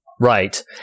Right